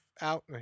out